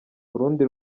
urundi